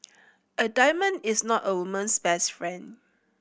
a diamond is not a woman's best friend